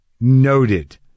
noted